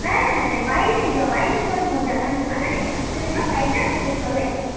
ନାଇଁ ନାଇଁ ନାଇଁ ବାଇକ୍ରେ ହିଁ ଯିବା ବାଇକ୍ରେ ଯିବାଟା ମଜା ଜାଣିଛୁ ନା ନାଇଁ ରାତିରେ ଯିବା ବାଇକ୍ରେ ସବୁ ଭଲ ଲାଗିବ